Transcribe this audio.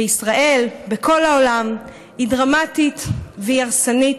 בישראל, בכל העולם, היא דרמטית והיא הרסנית,